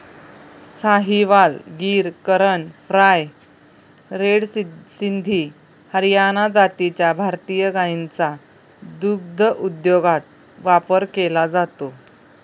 Sahiwal, Gir, Karan Fries, red Sindhi, Haryana जातीच्या भारतीय गायींचा दुग्धोद्योगात वापर केला जातो